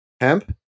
Hemp